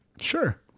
Sure